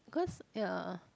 cause ya